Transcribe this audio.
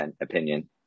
opinion